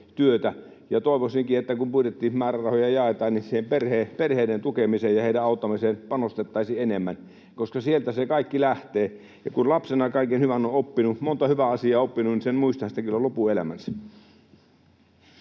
Toivoisinkin, että kun budjettimäärärahoja jaetaan, niin siihen perheiden tukemiseen ja heidän auttamiseensa panostettaisiin enemmän, koska sieltä se kaikki lähtee. Ja kun lapsena kaiken hyvän on oppinut, monta hyvää asiaa on oppinut, niin sen muistaa sitten kyllä lopun elämäänsä.